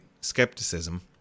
skepticism